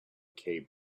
cape